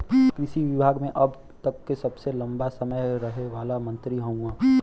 कृषि विभाग मे अब तक के सबसे लंबा समय रहे वाला मंत्री हउवन